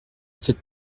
cette